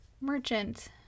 merchant